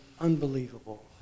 unbelievable